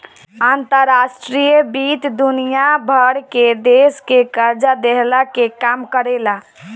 अंतर्राष्ट्रीय वित्त दुनिया भर के देस के कर्जा देहला के काम करेला